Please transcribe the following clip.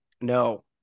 No